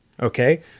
Okay